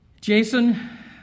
Jason